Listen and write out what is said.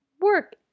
work